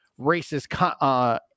racist